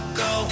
go